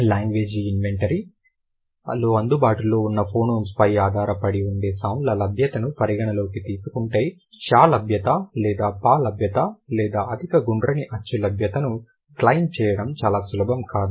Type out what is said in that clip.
language inventory లో అందుబాటులో ఉన్న ఫోనోమ్స్ పై ఆధారపడి ఉండే సౌండ్ల లభ్యతను పరిగణనలోకి తీసుకుంటే ష లభ్యత లేదా ప లభ్యత లేదా అధిక గుండ్రని అచ్చు లభ్యతని క్లెయిమ్ చేయడం చాలా సులభం కాదు